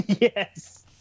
Yes